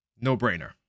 No-brainer